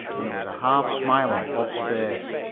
and there was a half smile on bob's face.